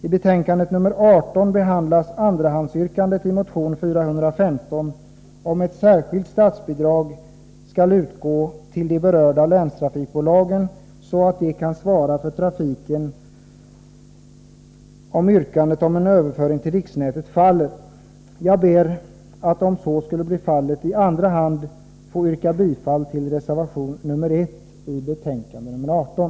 I betänkandet nr 18 behandlas andrahandsyrkandet i motion 415 om att ett särskilt statsbidrag skall utgå till de berörda länstrafikbolagen, så att de kan svara för trafiken, om yrkandet om en överföring till riksnätet avslås. Jag ber att om så skulle bli fallet i andra hand få yrka bifall till reservation nr 1 i betänkandet nr 18.